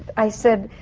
i said,